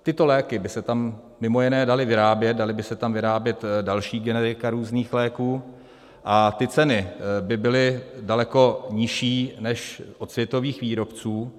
Tyto léky by se tam mimo jiné daly vyrábět, dala by se tam vyrábět další generika různých léků a ceny by byly daleko nižší než od světových výrobců.